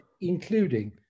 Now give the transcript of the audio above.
including